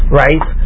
right